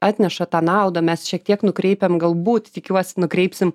atneša tą naudą mes šiek tiek nukreipiam galbūt tikiuosi nukreipsim